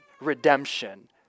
redemption